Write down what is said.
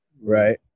Right